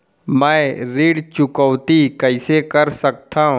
मैं ऋण चुकौती कइसे कर सकथव?